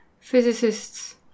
physicists